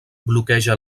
bloqueja